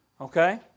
Okay